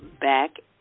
back